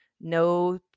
no